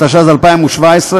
התשע"ז 2017,